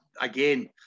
again